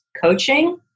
coaching